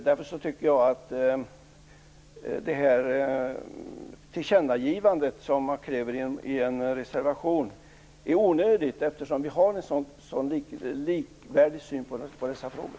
Det tillkännagivande som krävs i en reservation är onödigt, eftersom vi har en sådan likvärdig syn på dessa frågor.